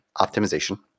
optimization